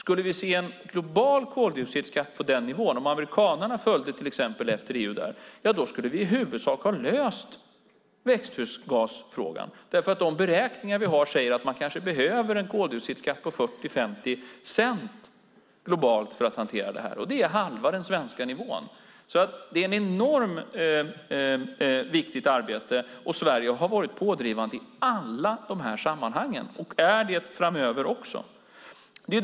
Om vi ser en global koldioxidskatt på den nivån, om amerikanerna följer efter EU, skulle vi i huvudsak lösa växthusgasfrågan. De beräkningar som finns säger att det behövs en koldioxidskatt på 40-50 cent globalt för att hantera frågan. Det är halva den svenska nivån. Detta är alltså ett enormt viktigt arbete. Sverige har varit pådrivande i alla de här sammanhangen och kommer att vara det också framöver.